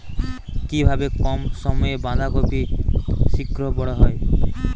কিভাবে কম সময়ে বাঁধাকপি শিঘ্র বড় হবে?